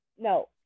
no